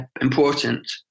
important